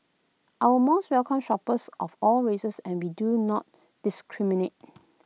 our malls welcome shoppers of all races and be do not discriminate